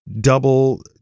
double